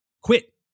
quit